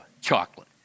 Chocolate